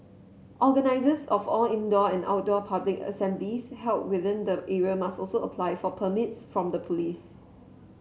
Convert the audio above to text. organisers of all indoor and outdoor public assemblies held within the area must also apply for permits from the police